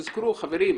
תזכרו, חברים,